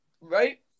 Right